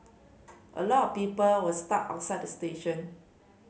a lot of people were stuck outside the station